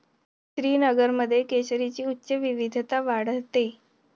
श्रीनगरमध्ये केशरची उच्च विविधता आढळते